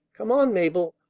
come on, mabel.